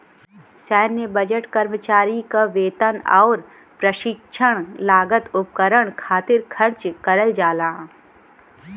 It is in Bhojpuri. सैन्य बजट कर्मचारी क वेतन आउर प्रशिक्षण लागत उपकरण खातिर खर्च करल जाला